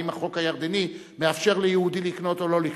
אם החוק הירדני מאפשר ליהודי לקנות או לא לקנות,